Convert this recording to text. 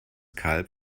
kalb